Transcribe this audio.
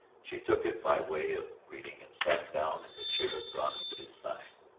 she took it by way of greeting and sat down in the chair drawn up at his side.